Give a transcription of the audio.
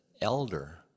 elder